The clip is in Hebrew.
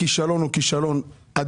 הכישלון הוא שלהם.